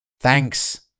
Thanks